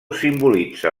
simbolitza